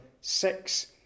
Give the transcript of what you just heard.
six